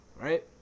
Right